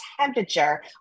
temperature